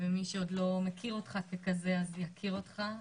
ומי שעוד לא מכיר אותך ככזה, יכיר אותך.